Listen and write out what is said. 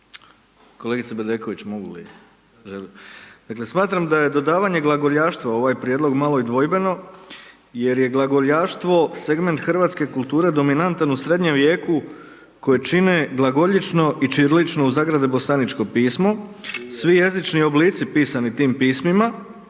Kolegice Bedeković, mogu li?